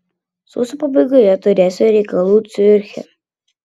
sausio pabaigoje turėsiu reikalų ciuriche